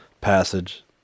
passage